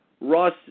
Ross